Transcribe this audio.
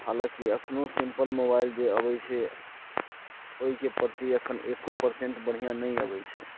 हालाँकि अखनो simple mobile जे अबैत छै ओहिके प्रति अखन एको पर्सेंट बढ़िआँ नहि अबैत छै